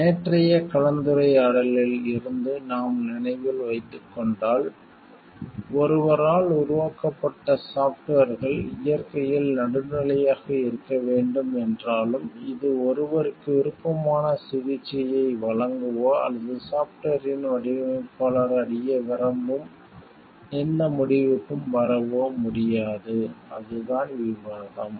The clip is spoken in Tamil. நேற்றைய கலந்துரையாடலில் இருந்து நாம் நினைவில் வைத்துக் கொண்டால் ஒருவரால் உருவாக்கப்பட்ட சாஃப்ட்வேர்கள் இயற்கையில் நடுநிலையாக இருக்க வேண்டும் என்றாலும் இது ஒருவருக்கு விருப்பமான சிகிச்சையை வழங்கவோ அல்லது சாஃப்ட்வேரின் வடிவமைப்பாளர் அடைய விரும்பும் எந்த முடிவுக்கும் வரவோ முடியாது அதுதான் விவாதம்